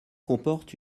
comporte